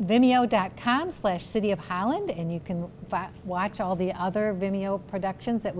video dac times list city of holland and you can watch all the other video productions that